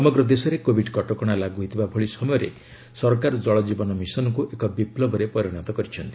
ସମଗ୍ର ଦେଶରେ କୋଭିଡ୍ କଟକଣା ଲାଗୁ ହୋଇଥିବା ଭଳି ସମୟରେ ସରକାର ଜଳଜୀବନ ମିଶନକୁ ଏକ ବିପ୍ଲବରେ ପରିଣତ କରିଛନ୍ତି